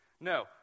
No